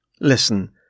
Listen